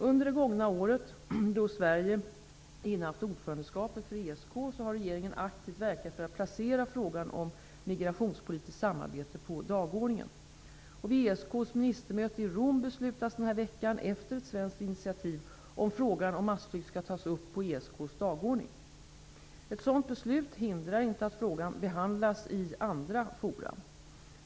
Under det gångna året då Sverige innehaft ordförandeskapet för ESK har regeringen aktivt verkat för att placera frågan om migrationspolitiskt samarbete på dagordningen. Vid ESK:s ministermöte i Rom beslutas den här veckan, efter ett svenskt initiativ, om frågan om massflykt skall tas upp på ESK:s dagordning. Ett sådant beslut hindrar inte att frågan behandlas i andra forum.